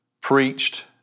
preached